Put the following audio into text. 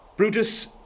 Brutus